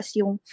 yung